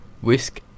Whisk